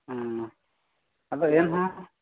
ᱦᱮᱸ ᱟᱫᱚ ᱮᱱᱦᱚᱸ